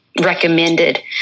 recommended